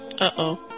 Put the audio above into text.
Uh-oh